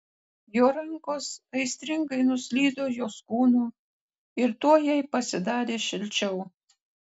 jo rankos aistringai nuslydo jos kūnu ir tuoj jai pasidarė šilčiau